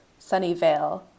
Sunnyvale